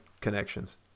connections